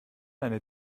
eine